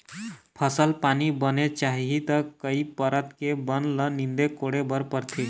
फसल पानी बने चाही त कई परत के बन ल नींदे कोड़े बर परथे